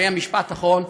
זה יהיה משפט אחרון.